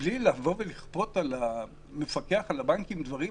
בלי לכפות על המפקח על הבנקים דברים,